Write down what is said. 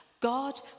God